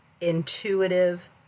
Intuitive